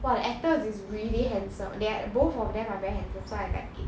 !wah! the actor is really handsome they are both of them are very handsome so I like it